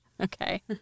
Okay